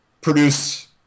produce